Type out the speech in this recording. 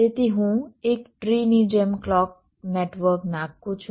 તેથી હું એક ટ્રીની જેમ ક્લૉક નેટવર્ક નાખું છું